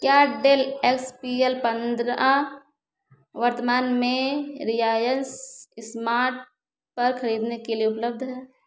क्या Dell X P L पंद्रह वर्तमान में रियायंस स्मार्ट पर खरीदने के लिए उपलब्ध है